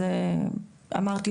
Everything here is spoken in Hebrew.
אמרתי,